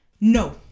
no